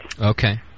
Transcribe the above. Okay